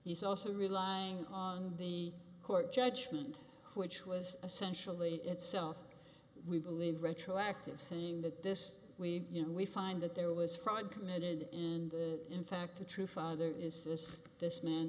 he's also relying on the court judgment which was essentially itself we believe retroactive saying that this we you know we find that there was fraud committed in the in fact the true father is this this man